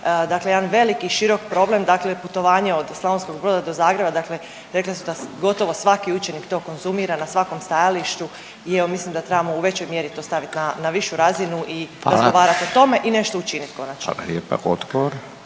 dakle jedan veliki i širok problem, dakle putovanje od Slavonskog Broda do Zagreba, dakle rekli su da gotovo svaki učenik to konzumira na svakom stajalištu i evo, mislim da trebamo u većoj mjeri to staviti na višu razinu i .../Upadica: Hvala./... razgovarati o tome i nešto učiniti konačno.